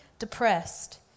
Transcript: depressed